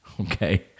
okay